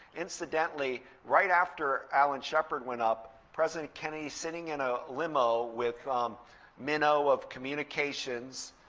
incidentally right after alan shepard went up president kennedy's sitting in a limo with minow of communications.